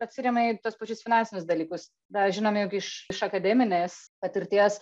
atsiremia į tuos pačius finansinius dalykus tą žinome juk iš iš akademinės patirties